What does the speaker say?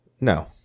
No